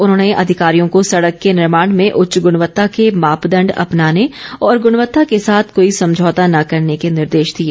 उन्होंने अधिकारियों को सड़क के निर्माण में उच्च ग्रणवत्ता के मापदण्ड अपनाने और ग्रणवत्ता के साथ कोई समझौता न करने के निर्देश दिए